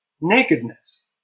nakedness